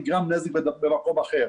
נגרם נזק במקום אחר.